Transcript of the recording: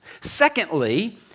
Secondly